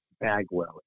Bagwell